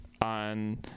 On